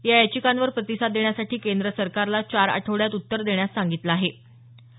या याचिकांवर प्रतिसाद देण्यासाठी केंद्र सरकारला चार आठवड्यांत उत्तर देण्यास न्यायालयानं सांगितलं